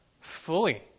fully